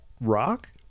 rock